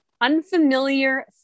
Unfamiliar